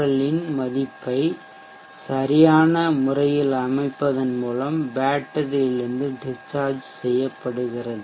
L இன் மதிப்பை சரியான முறையில் அமைப்பதன் மூலம் பேட்டரியிலிருந்து டிஷ்சார்ஜ்ப்படுகிறது